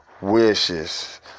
wishes